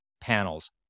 panels